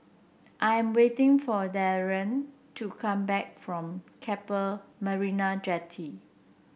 I'm waiting for Darien to come back from Keppel Marina Jetty